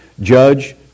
judge